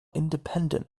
independent